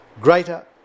greater